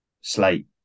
slate